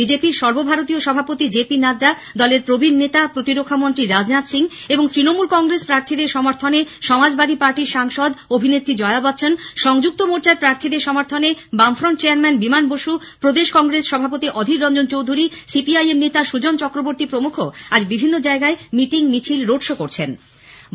BJP র সর্বভারতীয় সভাপতি জে পি নাড্ডা দলের প্রবীণ নেতা প্রতিরক্ষামন্ত্রী রাজনাথ সিং এবং তৃণমূল কংগ্রেস প্রার্থীদের সমর্থনে সমাজবাদী পার্টির সাংসদ অভিনেত্রী জয়া বচ্চন সংযুক্ত মোর্চার প্রার্থীদের সমর্থনে বামফ্রন্ট চেয়ারম্যান বিমান বসু প্রদেশ কংগ্রেস সভাপতি Adhir Ranjan Chowdhury C P I M নেতা সৃজন চক্রবর্তী প্রমুখ আজ বিভিন্ন জায়গায় মিটিং মিছিল রোডশো করছেন